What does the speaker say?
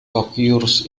occurs